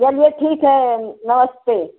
चलिए ठीक है नमस्ते